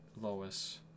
Lois